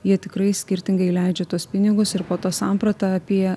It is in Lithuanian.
jie tikrai skirtingai leidžia tuos pinigus ir po to samprata apie